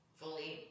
fully